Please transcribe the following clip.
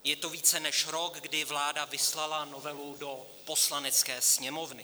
Je to více než rok, kdy vláda vyslala novelu do Poslanecké sněmovny.